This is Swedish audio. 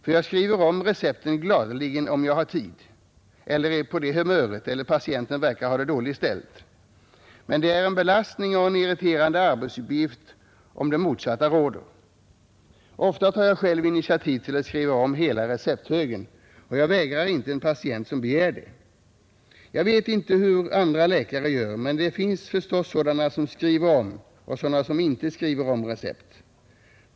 För jag skriver om recepten gladeligen, om jag har tid eller är på det humöret eller patienten verkar ha det dåligt ställt. Men det är en belastning och en irriterande arbetsuppgift om det motsatta råder. Ofta tar jag själv initiativet till att skriva om hela recepthögen, och jag vägrar inte en patient som begär det. Jag vet inte hur andra läkare gör, men det finns förstås sådana som skriver om och sådana som inte skriver om recept.